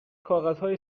کاغذهای